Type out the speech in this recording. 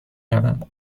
روم